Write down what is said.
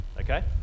okay